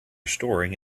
storing